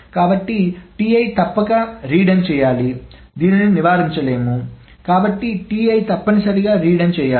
కాబట్టి Ti తప్పక పునరావృతం చేయాలి దీనిని నివారించలేము కాబట్టి Ti తప్పనిసరిగా పునరావృతం చేయాలి